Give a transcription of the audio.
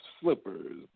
slippers